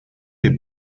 der